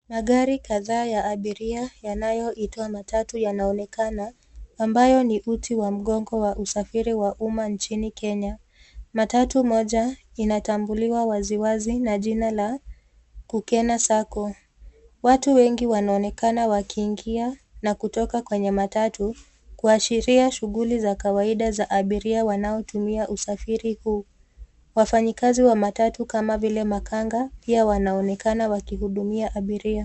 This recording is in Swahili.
Magari kadhaa ya abiria yanayoitwa matatu yanaonekana ambayo ni uti wa mgongo wa usafiri wa umma nchini Kenya. Matatu moja inatambuliwa waziwazi na jina la Kukena Sacco . Watu wengi wanaonekana wakiingia na kutoka kwenye matatu kuashiria shughuli za kawaida za abiria wanaotumia usafiri huu. Wafanyakazi wa matatu kama vile makanga pia wanaonekana wakihudumia abiria.